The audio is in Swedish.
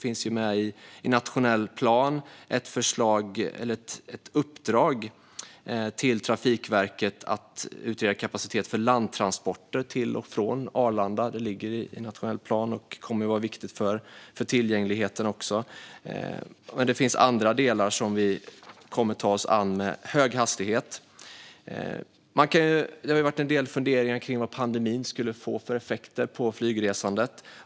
I nationell plan finns ett uppdrag till Trafikverket att utreda kapacitet för landtransporter till och från Arlanda. Detta kommer att vara viktigt för tillgängligheten. Det finns även andra delar som vi kommer att ta oss an med hög hastighet. Det har funnits en del funderingar kring vad pandemin skulle få för effekter på flygresandet.